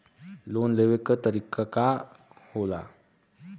Loan लेवे क तरीकाका होला?